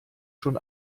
schon